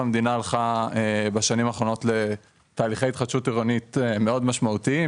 המדינה הלכה בשנים האחרונות לתהליכי התחדשות עירונית מאוד משמעותיים,